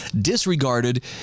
disregarded